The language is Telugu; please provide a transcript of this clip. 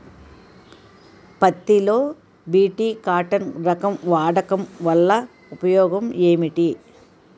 పత్తి లో బి.టి కాటన్ రకం వాడకం వల్ల ఉపయోగం ఏమిటి?